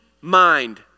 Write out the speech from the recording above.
mind